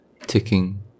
ticking